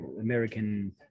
American